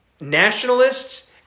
nationalists